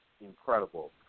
incredible